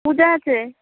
পূজা আছে